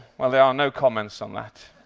well, there are no comments on that.